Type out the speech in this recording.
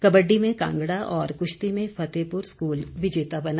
कबड्डी में कांगड़ा और कुश्ती में फतेहपुर स्कूल विजेता बना